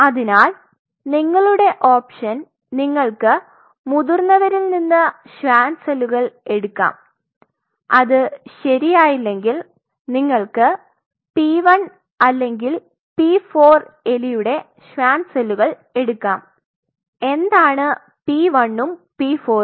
അതിനാൽ നിങ്ങളുടെ ഓപ്ഷൻ നിങ്ങൾക്ക് മുതിർന്നവരിൽ നിന്ന് ഷ്വാൻ സെല്ലുകൾ എടുകാം അത് ശെരിയായില്ലെങ്കിൽ നിങ്ങൾക്ക് p 1 അല്ലെങ്കിൽ p 4 എലിയുടെ ഷ്വാൻ സെല്ലുകൾ എടുകാം എന്താണ്p1 ണും p4റും